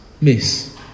miss